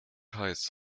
heiß